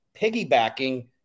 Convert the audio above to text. piggybacking